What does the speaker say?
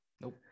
Nope